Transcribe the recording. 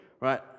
right